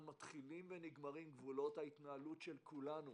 מתחילים ונגמרים גבולות ההתנהלות של כולנו